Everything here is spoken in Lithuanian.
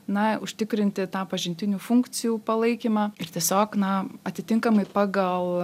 na užtikrinti tą pažintinių funkcijų palaikymą ir tiesiog na atitinkamai pagal